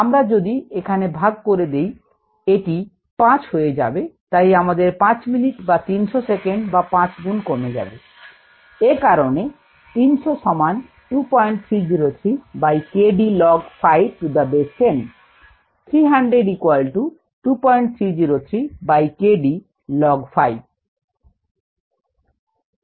আমরা যদি এখানে ভাগ করে দেই এটি 5 হয়ে যাবে তাই আমাদের পাঁচ মিনিট বা 300 সেকেন্ড বা পাঁচগুণ কমে যাবে এ কারণে 300 সমান 2303 by k d log 5 to the base 10